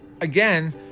again